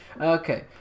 Okay